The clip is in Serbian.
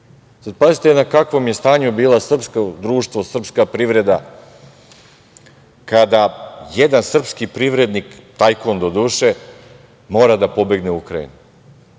pazite na kakvom je stanju bilo srpsko društvo, srpska privreda, kada jedan srpski privrednik tajkun, doduše, mora da pobegne u Ukrajinu.